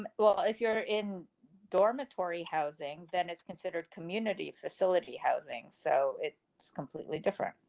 um well, if you're in dormitory housing, then it's considered community facility housing. so it's it's completely different.